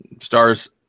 Stars